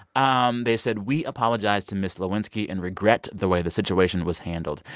um they said, we apologize to ms. lewinsky and regret the way the situation was handled.